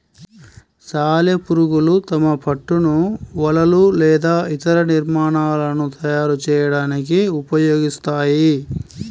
సాలెపురుగులు తమ పట్టును వలలు లేదా ఇతర నిర్మాణాలను తయారు చేయడానికి ఉపయోగిస్తాయి